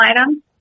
item